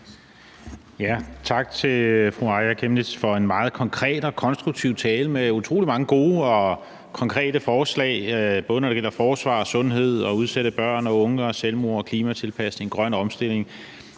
Tak til fru Aaja Chemnitz for en meget konkret og konstruktiv tale med utrolig mange gode og konkrete forslag, både når det gælder forsvar og sundhed, udsatte børn og unge, selvmord, klimatilpasning, en grøn omstilling,